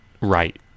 right